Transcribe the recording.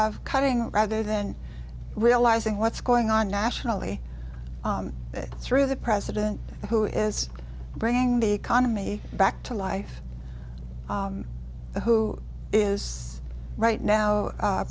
of cutting rather then realizing what's going on nationally through the president who is bringing the economy back to life who is right now